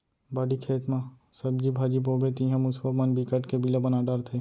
बाड़ी, खेत म सब्जी भाजी बोबे तिंहा मूसवा मन बिकट के बिला बना डारथे